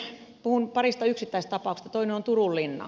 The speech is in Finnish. puhun parista yksittäistapauksesta toinen on turun linna